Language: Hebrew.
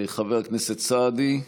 חבר הכנסת סעדי,